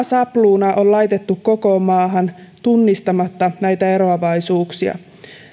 sapluuna on laitettu koko maahan tunnistamatta näitä eroavaisuuksia